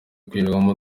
kuririmbamo